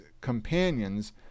companions